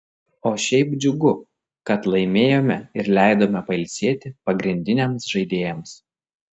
o šiaip džiugu kad laimėjome ir leidome pailsėti pagrindiniams žaidėjams